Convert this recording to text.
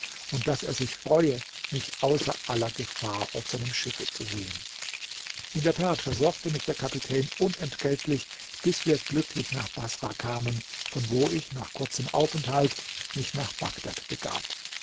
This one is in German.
und daß er sich freue mich außer aller gefahr auf seinem schiffe zu sehen in der tat versorgte mich der kapitän unentgeldlich bis wir glücklich nach baßrah kamen von wo ich nach kurzem aufenthalt mich nach bagdad begab